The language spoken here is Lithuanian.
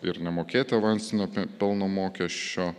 ir nemokėti avansinio pelno mokesčio